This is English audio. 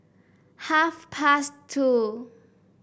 half past two